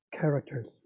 characters